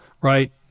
right